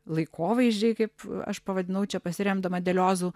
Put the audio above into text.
laikovaizdžiai kaip aš pavadinau čia pasiremdama deliozu